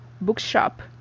Bookshop